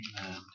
Amen